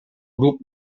grup